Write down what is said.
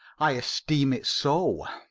i esteem it so